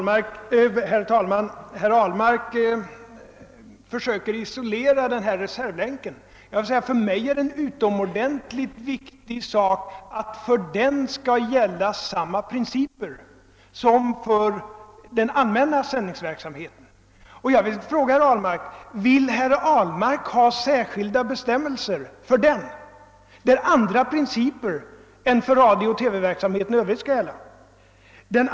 Herr talman! Herr Ahlmark försöker isolera frågan om reservlänken. För mig är det en utomordentligt viktig sak att samma principer skall gälla för den som för den allmänna sändningsverksamheten. En annan punkt som jag skulle vilja ta upp är följande.